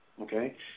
okay